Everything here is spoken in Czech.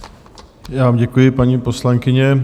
Já vám děkuji, paní poslankyně.